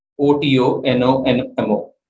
O-T-O-N-O-N-M-O